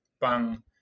bang